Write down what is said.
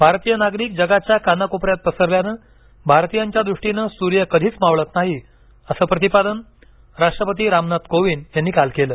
भारतीय नागरिक जगाच्या कानाकोपऱ्यात पसरल्यानं भारतीयांच्या दृष्टीनं सूर्य कधीच मावळत नाही असं प्रतिपादन राष्ट्रपती रामनाथ कोविंद यांनी काल केलं